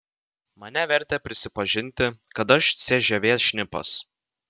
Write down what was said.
mane vertė prisipažinti kad aš cžv šnipas